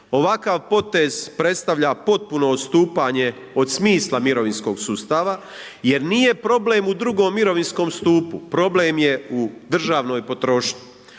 ovakav potez predstavlja potpuno odstupanje od smisla mirovinskog sustava jer nije problem u II. mirovinskom stupu, problem je državnoj potrošnji,